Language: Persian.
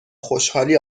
خوشحالی